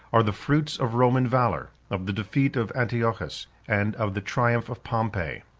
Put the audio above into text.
are the fruits of roman valor, of the defeat of antiochus, and of the triumph of pompey.